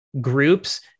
groups